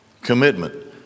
Commitment